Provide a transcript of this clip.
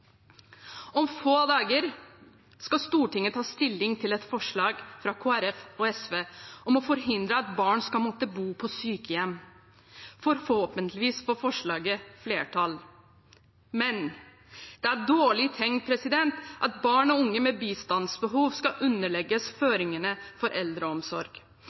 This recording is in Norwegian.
Om få dager skal Stortinget ta stilling til et forslag fra Kristelig Folkeparti og SV om å forhindre at barn skal måtte bo på sykehjem. Forhåpentligvis får forslaget flertall. Men det er et dårlig tegn at barn og unge med bistandsbehov skal underlegges føringene for eldreomsorg.